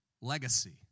legacy